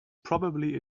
probably